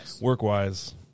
work-wise